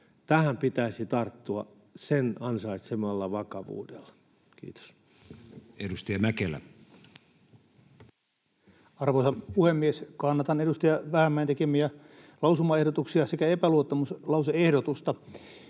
Tähän pitäisi tarttua sen ansaitsemalla vakavuudella. — Kiitos. Edustaja Mäkelä. Arvoisa puhemies! Kannatan edustaja Vähämäen tekemiä lausumaehdotuksia sekä epäluottamuslause-ehdotusta.